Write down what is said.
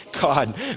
god